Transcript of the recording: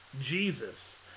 Jesus